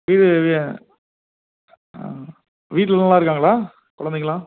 வீட்டில நல்லாயிருக்காங்களா குழந்தைகலாம்